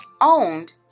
owned